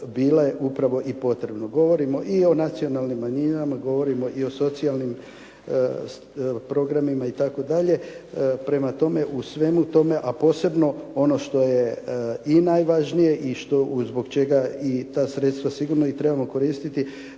bile upravo i potrebne. Govorimo i o nacionalnim manjinama, govorimo i o socijalnim programima itd. Prema tome, u svemu tome, a posebno ono što je i najvažnije i zbog čega ta sredstva sigurno trebamo koristiti,